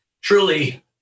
truly